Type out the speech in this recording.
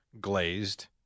glazed